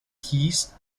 keys